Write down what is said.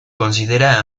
considera